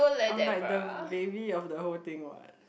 I'm like the baby of the whole thing what